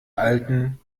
alten